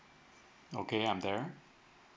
okay um yeah